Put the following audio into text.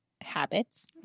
Habits